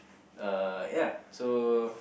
uh ya so